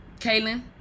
Kaylin